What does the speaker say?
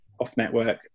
off-network